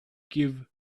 give